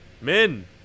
Min